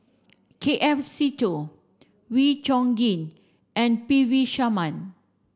K F Seetoh Wee Chong Kin and P V Sharma